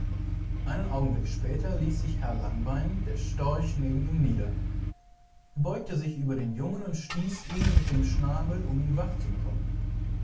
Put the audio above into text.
einen augenblick später ließ sich herr langbein der storch neben ihm nieder er beugte sich über den jungen und stieß ihn mit dem schnabel um ihnwachzubekommen